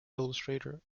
illustrator